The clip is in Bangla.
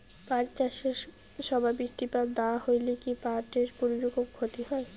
পাট চাষ এর সময় বৃষ্টিপাত না হইলে কি পাট এর কুনোরকম ক্ষতি হয়?